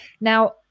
now